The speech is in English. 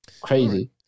crazy